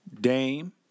Dame